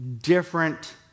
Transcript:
different